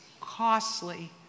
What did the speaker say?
costly